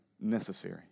necessary